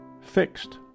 fixed